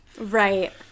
Right